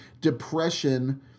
depression